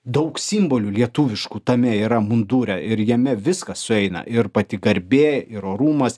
daug simbolių lietuviškų tame yra mundure ir jame viskas sueina ir pati garbė ir orumas